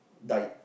died